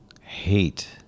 hate